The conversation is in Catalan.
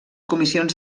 comissions